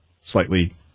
slightly